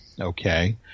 Okay